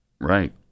Right